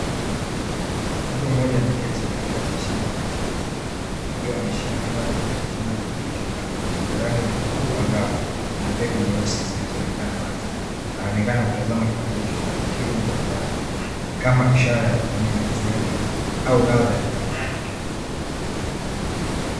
Mtu mmoja ameketi katikati ya shamba la matikiti, akiwa ameshika kipande cha tikiti maji kilichokatwa, chenye rangi nyekundu angavu na mbegu nyeusi zinazoonekana wazi. Anaonekana kutazama kipande hicho kwa umakini na furaha, kama ishara ya kuthamini kazi yake au ladha ya zao lake.